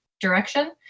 direction